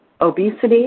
Obesity